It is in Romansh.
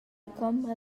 combra